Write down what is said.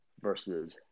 versus